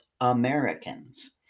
Americans